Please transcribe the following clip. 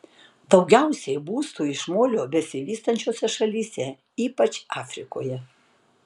daugiausiai būstų iš molio besivystančiose šalyse ypač afrikoje